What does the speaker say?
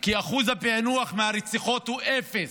כי אחוז הפענוח של הרציחות הוא אפס.